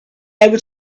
able